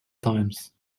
times